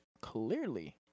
clearly